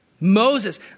Moses